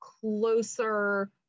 closer